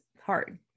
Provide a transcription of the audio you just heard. hard